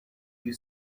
you